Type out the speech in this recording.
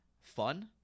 fun